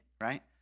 Right